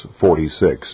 46